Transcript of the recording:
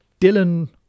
Dylan